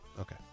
Okay